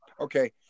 Okay